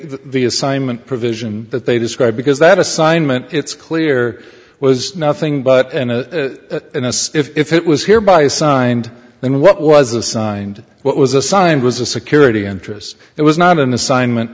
the assignment provision that they describe because that assignment it's clear was nothing but an a and as if it was here by signed then what was assigned what was assigned was a security interest it was not an assignment